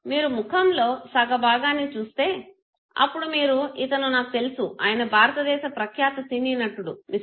మీరు ముఖం లో సగం భాగాన్ని చూస్తే అప్పుడు మీరు ఇతను నాకు తెలుసు ఆయన భారతదేశ ప్రఖ్యాత సినీ నటుడు Mr